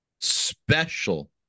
special